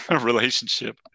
relationship